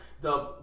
dub